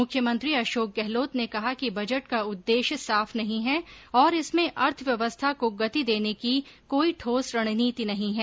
मुख्यमंत्री अषोक गहलोत ने कहा कि बजट का उददेष्य साफ नही है और इसमें अर्थव्यवस्था को गति देने की कोई ठोस रणनीति नहीं है